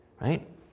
right